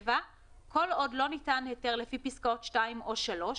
(7)כל עוד לא ניתן היתר לפי פסקאות (2) או (3),